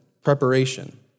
preparation